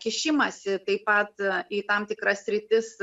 kišimąsi taip pat į tam tikras sritis